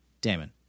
Damon